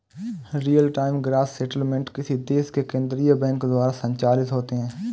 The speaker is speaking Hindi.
रियल टाइम ग्रॉस सेटलमेंट किसी देश के केन्द्रीय बैंक द्वारा संचालित होते हैं